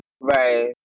right